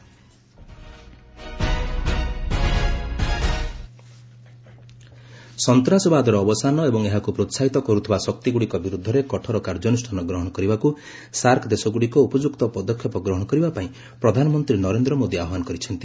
PM SAARC ସନ୍ତାସବାଦର ଅବସାନ ଏବଂ ଏହାକୁ ପ୍ରୋସାହିତ କରୁଥିବା ଶକ୍ତିଗୁଡ଼ିକ ବିରୁଦ୍ଧରେ କଠୋର କାର୍ଯ୍ୟାନୁଷ୍ଠାନ ଗ୍ରହଣ କରିବାକୁ ସାର୍କ ଦେଶଗୁଡ଼ିକ ଉପଯୁକ୍ତ ପଦକ୍ଷେପ ଗ୍ରହଣ କରିବାକୁ ପ୍ରଧାନମନ୍ତ୍ରୀ ନରେନ୍ଦ୍ର ମୋଦି ଆହ୍ପାନ ଜଣାଇଛନ୍ତି